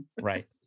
Right